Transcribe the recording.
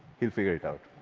he'll figure it out.